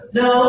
no